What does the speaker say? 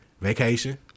Vacation